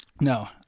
No